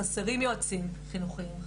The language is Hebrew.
חסרים יועצים חינוכיים,